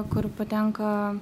kur patenka